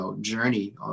journey